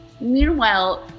meanwhile